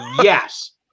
Yes